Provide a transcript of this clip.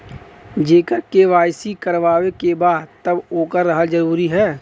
जेकर के.वाइ.सी करवाएं के बा तब ओकर रहल जरूरी हे?